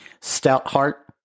Stoutheart